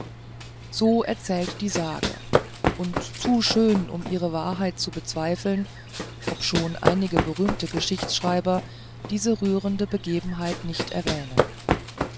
so erzählt die sage und zu schön um ihre wahrheit zu bezweifeln obschon einige berühmte geschichtsschreiber diese rührende begebenheit nicht erwähnen